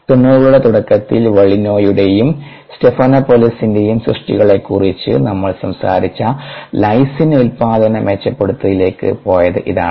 90 കളുടെ തുടക്കത്തിൽ വള്ളിനോയുടെയും സ്റ്റെഫനോപോലോസിന്റെയും സൃഷ്ടികളെക്കുറിച്ച് നമ്മൾ സംസാരിച്ച ലൈസിൻ ഉല്പാദന മെച്ചപ്പെടുത്തലിലേക്ക് പോയത് ഇതാണ്